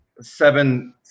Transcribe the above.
seven